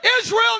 Israel